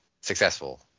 successful